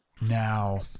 Now